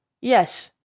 Yes